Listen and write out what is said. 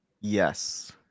yes